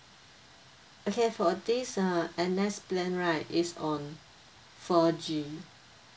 okay for this uh N_S plan right it's on four G